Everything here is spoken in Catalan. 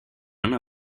anar